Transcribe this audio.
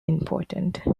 important